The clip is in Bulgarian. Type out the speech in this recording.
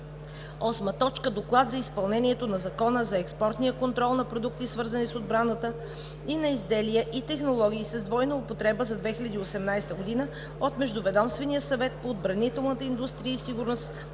2020 г. 8. Доклад за изпълнението на Закона за експортния контрол на продукти, свързани с отбраната, и на изделия и технологии с двойна употреба през 2018 г. от Междуведомствения съвет по отбранителна индустрия и сигурност